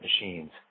machines